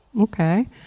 Okay